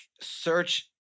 search